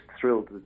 thrilled